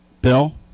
Bill